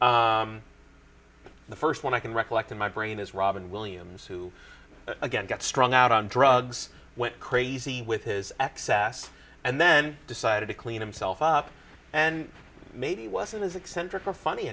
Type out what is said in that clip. the first one i can recollect in my brain is robin williams who again got strung out on drugs went crazy with his excess and then decided to clean himself up and maybe wasn't as eccentric or funny